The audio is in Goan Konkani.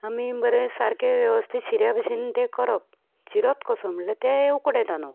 आमी बरें सारकें वेवस्थीत शिऱ्या बशेन तें करप शिरोत कसो म्हळ्यार तें उकडे तांदूळ